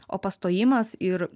o pastojimas ir